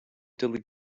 delete